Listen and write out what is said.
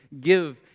give